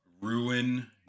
ruin